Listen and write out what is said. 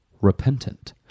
repentant